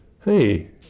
hey